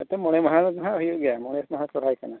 ᱮᱱᱛᱮ ᱢᱚᱬᱮ ᱢᱟᱦᱟ ᱫᱚ ᱦᱟᱜ ᱦᱩᱭᱩᱜ ᱜᱮᱭᱟ ᱢᱚᱬᱮ ᱢᱟᱦᱟ ᱥᱚᱨᱦᱟᱭ ᱠᱟᱱᱟ